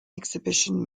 exhibition